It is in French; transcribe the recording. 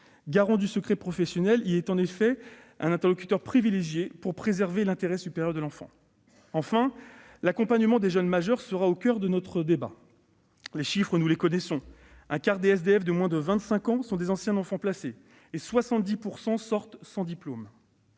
Garant du secret professionnel, il est en effet un interlocuteur privilégié pour préserver l'intérêt supérieur de l'enfant. Enfin, l'accompagnement des jeunes majeurs sera au coeur de notre débat. Les chiffres, nous les connaissons : un quart des sans domicile fixe (SDF) de moins de 25 ans sont d'anciens enfants placés et 70 % de ces derniers